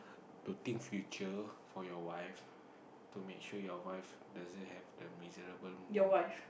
to think future for your wife to make sure your wife doesn't have the miserable mo~